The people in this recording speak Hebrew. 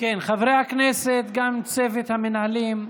חברי הכנסת, גם צוות המנהלים,